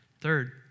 Third